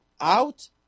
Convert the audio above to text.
Out